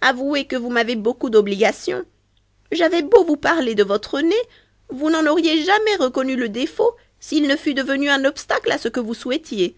avouez que vous m'avez beaucoup d'obligation j'avais beau vous parler de votre nez vous n'en auriez jamais reconnu le défaut s'il ne fût devenu un obstacle à ce que vous souhaitiez